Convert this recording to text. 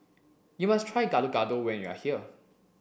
you must try gado gado when you are here